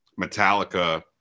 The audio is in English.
Metallica